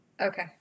Okay